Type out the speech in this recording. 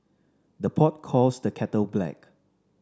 the pot calls the kettle black